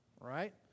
Right